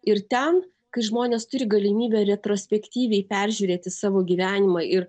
ir ten kai žmonės turi galimybę retrospektyviai peržiūrėti savo gyvenimą ir